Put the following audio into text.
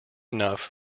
enough